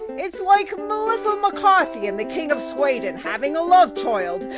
it's like melissa mccarthy and the king of sweden having a love child,